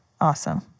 awesome